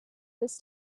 this